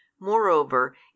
MOREOVER